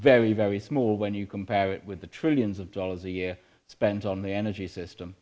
very very small when you compare it with the trillions of dollars a year spent on the energy system